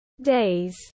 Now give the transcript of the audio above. days